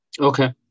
Okay